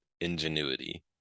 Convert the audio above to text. ingenuity